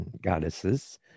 goddesses